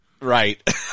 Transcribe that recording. Right